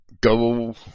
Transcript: Go